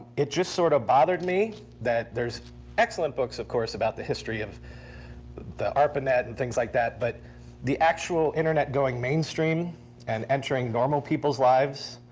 it just sort of bothered me that there's excellent books, of course, about the history of the arpanet and things like that, but the actual internet going mainstream and entering normal people's lives,